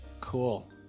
Cool